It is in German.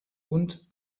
und